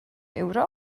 ewro